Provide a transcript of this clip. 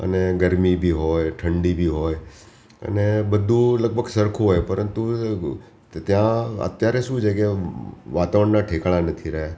અને ગરમી બી હોય ઠંડી બી હોય અને બધું લગભગ સરખું હોય પરંતુ ત્યાં અત્યારે શું છે કે વાતાવરણનાં ઠેકાણાં નથી રહ્યાં